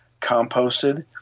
composted